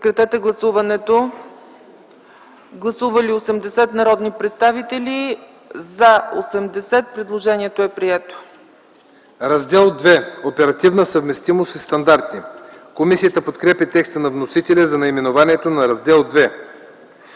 „Раздел ІІ – Оперативна съвместимост и стандарти.” Комисията подкрепя текста на вносителя за наименованието на Раздел ІІ.